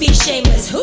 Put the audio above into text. shameless!